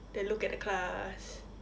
then look at the class